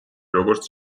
როგორც